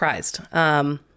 surprised